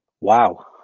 Wow